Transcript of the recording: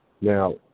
Now